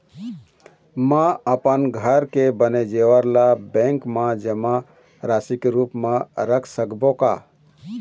म अपन घर के बने जेवर ला बैंक म जमा राशि के रूप म रख सकबो का?